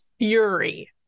fury